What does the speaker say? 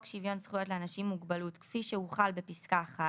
שוויון זכויות לאנשים עם מוגבלות כפי שהוחל בספקה (1),